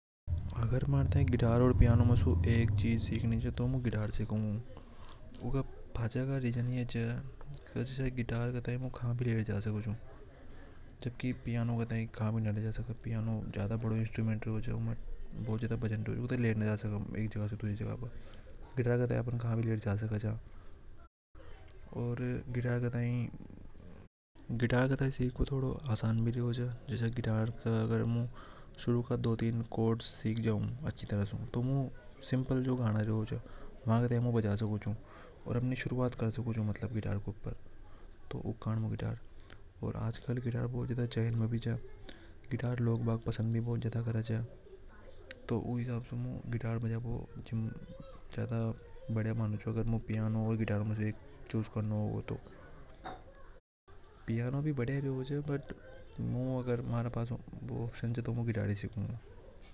अगर मैं बैग बजने सीखने ओर गाना गाने में से गानों। गावों पसंद करूंगा क्योंकि गाना के जरिए मु अपनी जो थिंग्स च व सब के सामने का सकू चू सबने बता सकू चू। ओर गाना गाबा से आदमी आत्मविश्वासी बने च की मु गाना गा सकू चू तो म्हारे सुर की जो पावर जो हे व बढ़ेगी ओर म्हारा दोस्त वगैरा जो च वाका सामने अगर मु गाना गाऊंगा तो म्हारी इज्जत बढ़ेगी। इसू ध्यान भी बड़े च ओर जो मु गाना गाय च उसे मानसिक संतुलन भी बना रेवे ओर जो मु गाना गाय तो। अगर मु गाना गौ गु तो मढ़ा मन में तनाव भी कम रेवे च। ओर मु खुश रेवे चू।